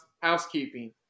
housekeeping